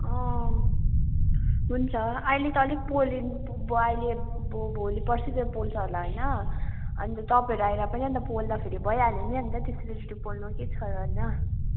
अँ हुन्छ अहिले त अलिक पोलेँ नि अब अहिले भयो भोलिपर्सितिर पोल्छ होला होइन अन्त तपाईँहरू आएर फेरि पोल्दाखेरि भइहाल्यो नि अन्त त्यो छिटो छिटो पोल्नुमा के छ र होइन